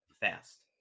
fast